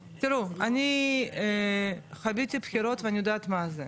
תראו, אני חוויתי בחירות ואני יודעת מה זה.